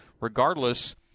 regardless